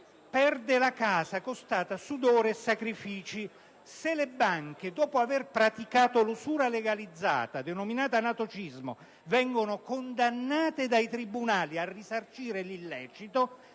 perde la casa costata sudore e sacrifici; se le banche, dopo aver praticato l'usura legalizzata denominata anatocismo, vengono condannate dai tribunali a risarcire l'illecito